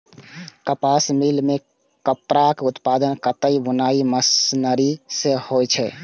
कपास मिल मे कपड़ाक उत्पादन कताइ बुनाइ मशीनरी सं होइ छै